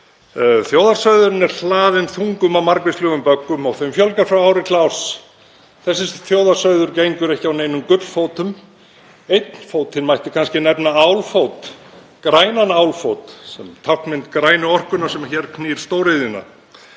Þjóðarsauðurinn er hlaðinn þungum og margvíslegum böggum og þeim fjölgar frá ári til árs. Þessi þjóðarsauður gengur ekki á neinum gullfótum. Einn fótinn mætti kannski nefna álfót, grænan álfót sem táknmynd grænu orkunnar sem hér knýr stóriðjuna.